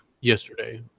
yesterday